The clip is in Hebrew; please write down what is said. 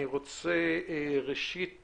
ראשית